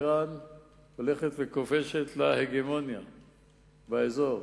אירן הולכת וכובשת לה הגמוניה באזור.